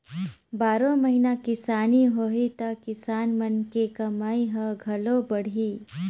बारो महिना किसानी होही त किसान मन के कमई ह घलो बड़ही